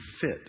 fit